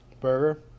Burger